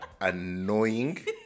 annoying